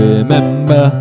Remember